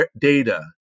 data